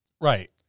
Right